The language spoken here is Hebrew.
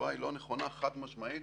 התשובה היא לא נכונה חד משמעית.